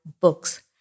books